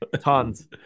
Tons